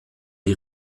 die